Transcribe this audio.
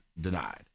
denied